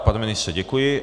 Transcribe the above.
Pane ministře, děkuji.